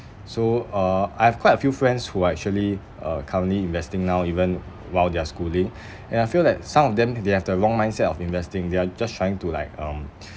so uh I have quite a few friends who are actually uh currently investing now even while they are schooling and I feel that some of them they have the wrong mindset of investing they are just trying to like um